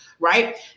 Right